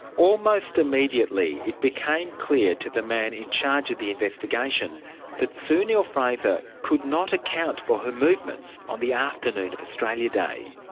almost immediately it became clear to the man in charge of the investigation that sue neill-fraser could not account for her movements on the afternoon of australia day.